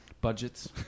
budgets